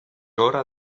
hora